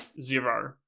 Zero